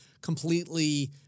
completely